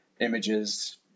images